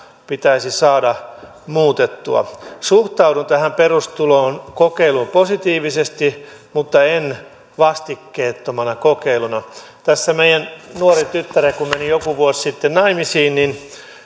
pitäisi saada muutettua suhtaudun tähän perustulokokeiluun positiivisesti mutta en vastikkeettomana kokeiluna tässä meidän nuorin tyttäremme kun meni joku vuosi sitten naimisiin niin